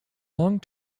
long